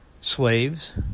slaves